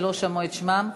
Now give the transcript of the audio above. שלא שמעו את שמם,